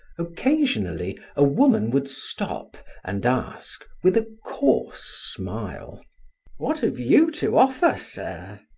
occasionally a woman would stop and ask with a coarse smile what have you to offer, sir?